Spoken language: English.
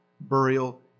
burial